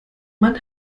man